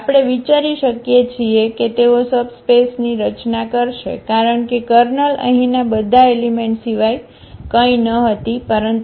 આપણે વિચારી શકીએ છીએ કે તેઓ સબસ્પેસની રચના કરશે કારણ કે કર્નલ અહીંના બધા એલિમેંટ સિવાય કંઈ ન હતી પરંતુ તે છે જે 0 પર મેપ કરે છે